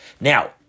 Now